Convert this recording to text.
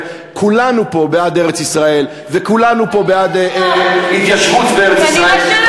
הרי כולנו פה בעד ארץ-ישראל וכולנו פה בעד התיישבות בארץ-ישראל,